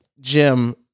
Jim